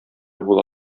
була